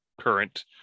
current